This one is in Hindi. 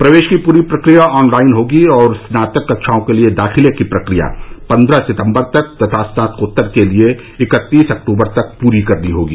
प्रवेश की पूरी प्रक्रिया ऑनलाइन होगी और स्नातक कक्षाओं के लिए दाखिले की प्रक्रिया पन्द्रह सितम्बर तथा स्नातकोत्तर के लिए इकत्तीस अक्टूबर तक पूरी करनी होगी